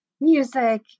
music